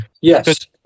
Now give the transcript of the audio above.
yes